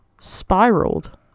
spiraled